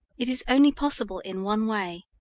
it is only possible in one way.